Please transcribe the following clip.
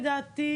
לדעתי,